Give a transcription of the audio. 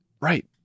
Right